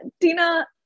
Tina